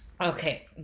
Okay